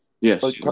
Yes